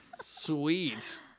sweet